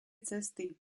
cesty